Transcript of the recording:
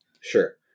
Sure